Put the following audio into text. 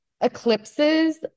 eclipses